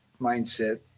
mindset